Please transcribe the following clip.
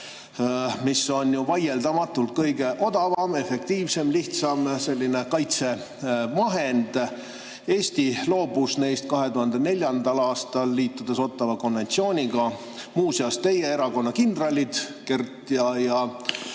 mis on vaieldamatult kõige odavam, efektiivsem ja lihtsam kaitsevahend. Eesti loobus neist 2004. aastal, liitudes Ottawa konventsiooniga. Muuseas, teie erakonna kindralid Kert ja